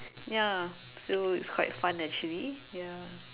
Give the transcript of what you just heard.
ya so it's quite fun actually ya